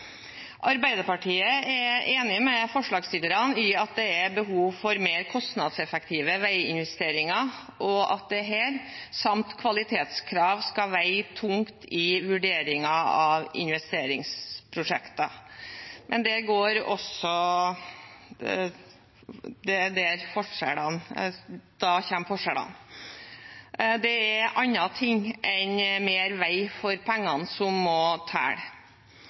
Arbeiderpartiet er enig med forslagsstillerne i at det er behov for mer kostnadseffektive veiinvesteringer, og at dette samt kvalitetskrav skal veie tungt i vurderingen av investeringsprosjekter. Men da kommer forskjellene fram – det er andre ting enn mer vei for pengene som må